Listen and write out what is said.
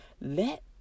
let